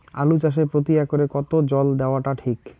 আলু চাষে প্রতি একরে কতো জল দেওয়া টা ঠিক?